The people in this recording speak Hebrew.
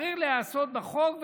צריך להיעשות בחוק,